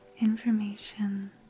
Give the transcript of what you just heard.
information